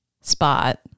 spot